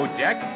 deck